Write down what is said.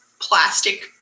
plastic